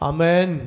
Amen